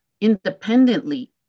independently